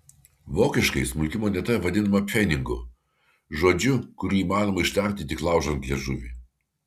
vokiškai smulki moneta vadinama pfenigu žodžiu kurį įmanoma ištarti tik laužant liežuvį